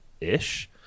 ish